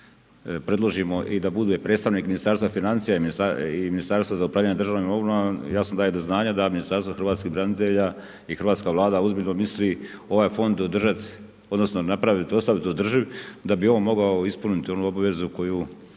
preložimo i da bude predstavnik Ministarstva financija i Ministarstvo za upravljanje državnom imovinom, jasno daje do znanja da Ministarstvo hrvatskih branitelja i hrvatska Vlada ozbiljno misli ovaj fond održavati, odnosno, napraviti ostaviti to državi, da bi on mogao ispuniti onu obavezu, koju,